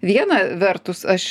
viena vertus aš